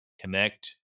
connect